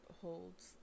holds